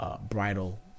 bridal